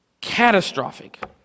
catastrophic